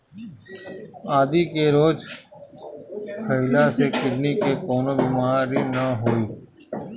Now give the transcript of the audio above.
आदि के रोज खइला से किडनी के कवनो बीमारी ना होई